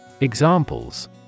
Examples